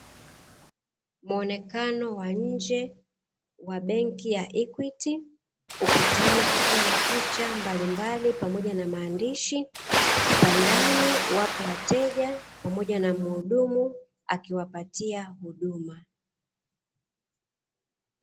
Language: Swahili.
Muonekano wa nje va Benki ya (EQUITY) Ukutani kukiwa na picha mbalimbali pamoja na maandishi kwa ndani wapo wateja pamoja na mhudumu akiwapatia huduma. ,